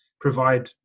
provide